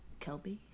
Kelby